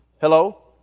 Hello